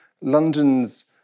London's